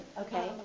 Okay